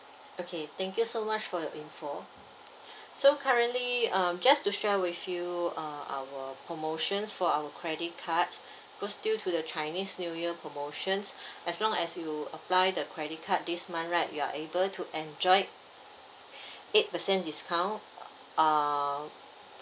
okay thank you so much for your info so currently um just to share with you uh our promotions for our credit cards because due to the chinese new year promotions as long as you apply the credit card this month right you are able to enjoy eight percent discount uh